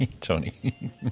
Tony